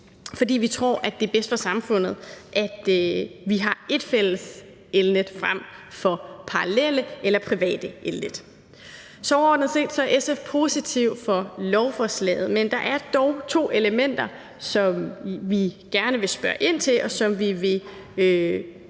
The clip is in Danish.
fordi vi tror, det er bedst for samfundet, at vi har ét fælles elnet frem for parallelle eller private elnet. Så overordnet set er vi i SF positive over for lovforslaget. Men der er dog to elementer, som vi gerne vil spørge ind til, og som vi vil kigge